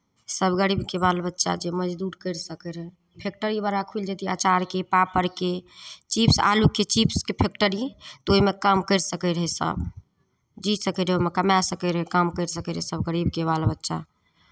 सभ गरीबके बाल बच्चा जे मजदूर करि सकैत रहै फैक्टरी बड़ा खुलि जैतियै अँचारके पापड़के चिप्स आलूके चिप्सके फैक्टरी तऽ ओहिमे काम करि सकैत रहै सभ जी सकैत रहै ओहिमे कमाय सकैत रहै काम करि सकैत रहै सभ गरीबके बाल बच्चा